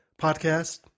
podcast